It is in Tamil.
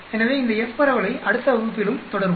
எனவே இந்த F பரவலை அடுத்த வகுப்பிலும் தொடருவோம்